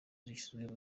zashyizwe